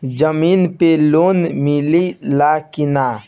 जमीन पे लोन मिले ला की ना?